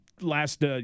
last